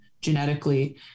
genetically